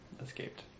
escaped